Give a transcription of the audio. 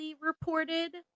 reported